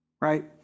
Right